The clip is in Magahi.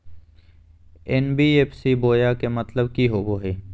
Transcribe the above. एन.बी.एफ.सी बोया के मतलब कि होवे हय?